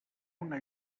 una